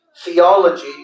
theology